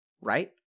right